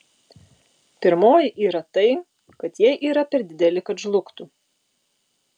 pirmoji yra tai kad jie yra per dideli kad žlugtų